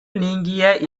நீங்கிய